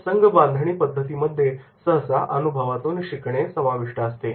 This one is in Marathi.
या संघबांधणी पद्धतींमध्ये सहसा अनुभवातून शिकणे समाविष्ट असते